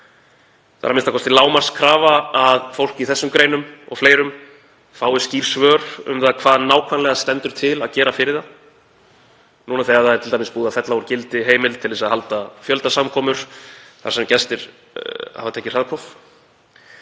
Það er a.m.k. lágmarkskrafa að fólk í þessum greinum og fleirum fái skýr svör um það hvað nákvæmlega stendur til að gera fyrir það núna þegar t.d. er búið að fella úr gildi heimild til að halda fjöldasamkomur þar sem gestir hafa tekið hraðpróf.